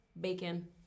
bacon